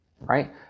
right